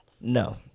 No